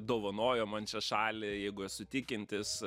dovanojo man šią šalį jeigu esu tikintis